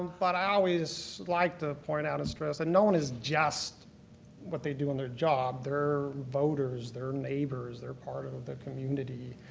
but i always like to point out and stress, and no one is just what they do in their job, they're voters, they're neighbors, they're part of the community.